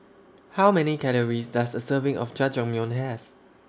How Many Calories Does A Serving of Jajangmyeon Have